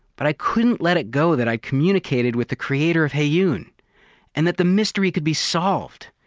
but i couldn't let it go that i communicated with the creator of heyoon and that the mystery could be solved!